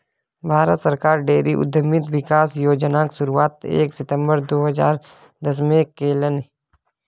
भारत सरकार डेयरी उद्यमिता विकास योजनाक शुरुआत एक सितंबर दू हजार दसमे केलनि